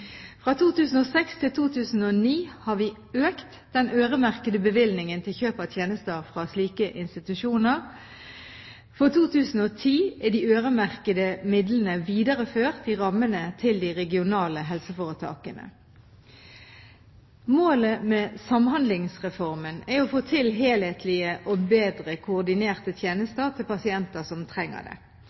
Fra 2006 til 2009 har vi økt den øremerkede bevilgningen til kjøp av tjenester fra slike institusjoner. For 2010 er de øremerkede midlene videreført i rammene til de regionale helseforetakene. Målet med Samhandlingsreformen er å få til helhetlige og bedre koordinerte tjenester til pasienter som trenger det.